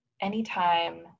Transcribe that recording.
anytime